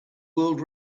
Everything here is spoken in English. world